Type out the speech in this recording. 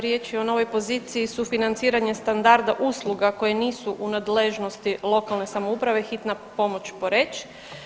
Riječ je o novoj poziciji sufinanciranja standarda usluga koje nisu u nadležnosti lokalne samouprave, Hitna pomoć Poreč.